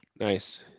Nice